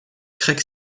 craig